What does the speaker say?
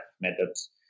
methods